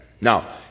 Now